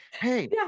Hey